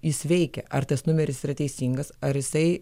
jis veikia ar tas numeris yra teisingas ar jisai